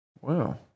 Wow